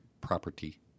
property –